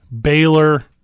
Baylor